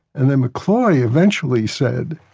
and then mccloy eventually said,